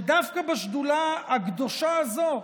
שדווקא בשדולה הקדושה הזו